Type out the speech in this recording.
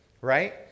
right